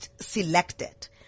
selected